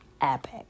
epic